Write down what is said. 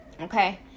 okay